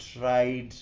tried